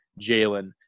Jalen